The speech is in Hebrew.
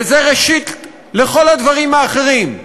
וזה ראשית לכל הדברים האחרים,